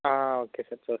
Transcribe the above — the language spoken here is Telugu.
ఆ ఓకే సార్ చూస్తాను